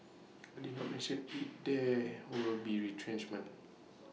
IT did not mention if there will be retrenchments